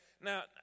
Now